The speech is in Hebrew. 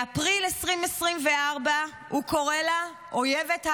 באפריל 2024 הוא קורא לה: אויבת העם.